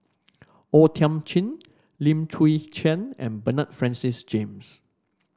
O Thiam Chin Lim Chwee Chian and Bernard Francis James